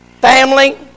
family